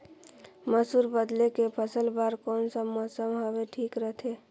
मसुर बदले के फसल बार कोन सा मौसम हवे ठीक रथे?